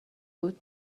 بود